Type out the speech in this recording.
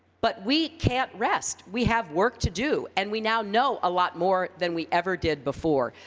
but, we can't rest. we have work to do, and we now know a lot more than we ever did before.